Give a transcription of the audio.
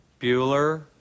Bueller